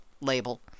label